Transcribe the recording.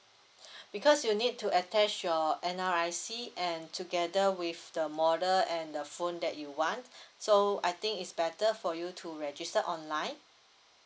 because you need to attach your N_R_I_C and together with the model and the phone that you want so I think is better for you to register online